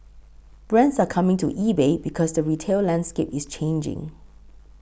brands are coming to eBay because the retail landscape is changing